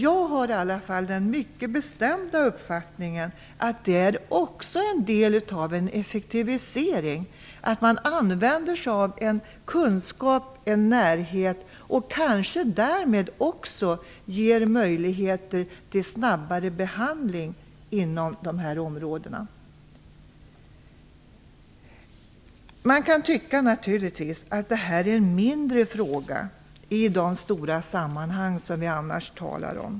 Jag har i alla fall den mycket bestämda uppfattningen att en del av en effektivisering är att använda sig av en kunskap, en närhet, och att man därmed kanske också ger möjligheter till snabbare behandling. Man kan naturligtvis tycka att detta är en mindre fråga i de stora sammanhang som vi annars talar om.